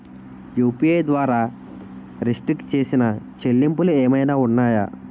UPI ద్వారా restrict చేసిన చెల్లింపులు ఏమైనా ఉన్నాయా?